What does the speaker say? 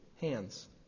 hands